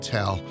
Tell